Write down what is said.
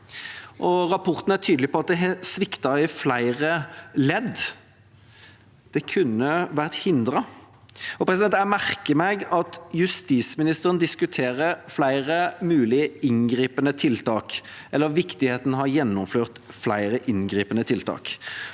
Rapporten er tydelig på at det har sviktet i flere ledd. Det kunne vært hindret. Jeg merker meg at justisministeren diskuterer flere mulige inngripende tiltak, eller viktigheten av å ha gjennomført flere inngripende tiltak.